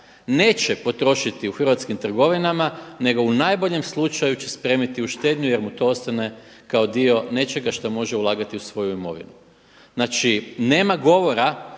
neće potrošiti u hrvatskim trgovinama nego u najboljem slučaju će spremiti u štednju jer mu to ostane kao dio nečega što može ulagati u svoju imovinu. Znači nema govora